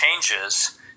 changes